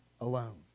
alone